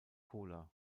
cola